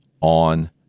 on